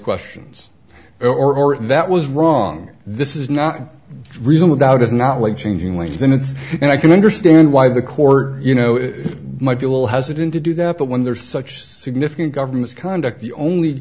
questions or that was wrong this is not reasonable doubt is not like changing lanes and it's and i can understand why the court you know it might be a will hesitant to do that but when there's such significant government conduct the only